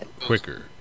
quicker